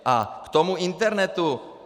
A k tomu internetu.